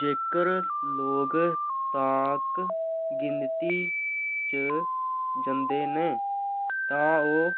जेकर लोक ताक गिनती च जंदे न तां ओह्